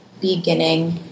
beginning